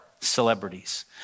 celebrities